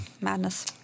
Madness